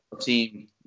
team